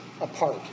apart